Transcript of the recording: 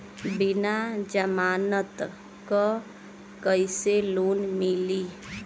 बिना जमानत क कइसे लोन मिली?